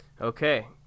Okay